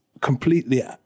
completely